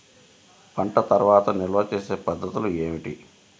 పంట తర్వాత నిల్వ చేసే పద్ధతులు ఏమిటి?